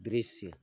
दृश्य